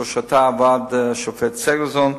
בראשותה עמד השופט סגלסון,